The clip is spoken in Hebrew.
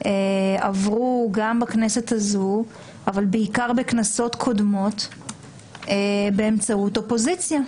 עברו גם בכנסת הזו אבל בעיקר בכנסות קודמות באמצעות אופוזיציה,